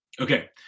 Okay